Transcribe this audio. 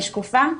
אני שקופה?